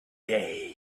day